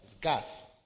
gas